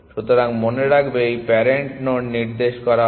সুতরাং মনে রাখবে এই প্যারেন্ট নোড নির্দেশ করা হয